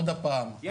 עוד הפעם,